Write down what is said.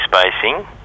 spacing